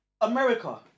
America